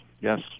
yes